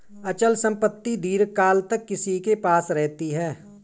अचल संपत्ति दीर्घकाल तक किसी के पास रहती है